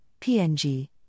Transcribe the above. PNG